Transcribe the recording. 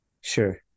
Sure